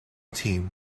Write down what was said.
team